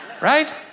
Right